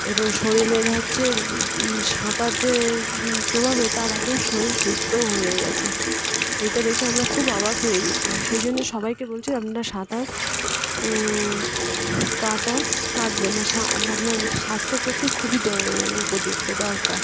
এবং শরীরের হচ্ছে সাঁতার যে প্রভাবে তার একদম শরীর সুস্থ হয়ে গেছে এইটা দেখে আমরা খুব অবাক হয়ে গিয়েছিলাম সেই জন্যে সবাইকে বলছি আপনার সাঁতার কাটা কাটবেন আপনার স্বাস্থ্যের পক্ষে খুবই উপযুক্ত দরকার